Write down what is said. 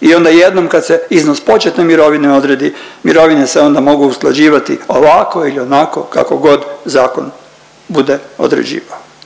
i onda jednom kad se iznos početne mirovine odredi mirovine se onda mogu usklađivati ovako ili onako kakogod zakon bude određivao.